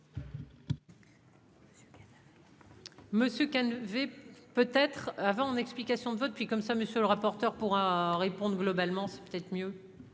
Monsieur Cazeneuve et peut être avant en explications de vote, puis comme ça, monsieur le rapporteur pour répondent globalement c'est peut-être mieux.